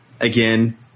again